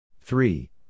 three